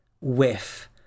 whiff